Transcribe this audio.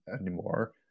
anymore